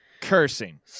cursing